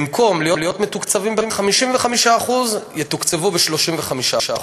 במקום להיות מתוקצבים ב-55%, יתוקצבו ב-35%.